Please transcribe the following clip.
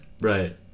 Right